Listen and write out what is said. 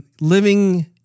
living